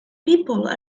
people